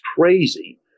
crazy